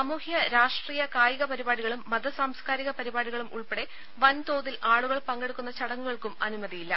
സാമൂഹ്യ രാഷ്ട്രീയ കായിക പരിമിതമായി പരിപാടികളും മത സാംസ്ക്കാരിക പരിപാടികളും ഉൾപ്പെടെ വൻതോതിൽ ആളുകൾ പങ്കെടുക്കുന്ന ചടങ്ങുകൾക്കും അനുമതിയില്ല